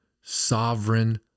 sovereign